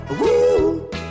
Woo